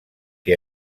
que